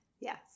Yes